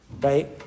right